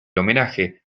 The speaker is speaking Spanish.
homenaje